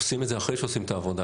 עושים את זה אחרי שעושים את העבודה,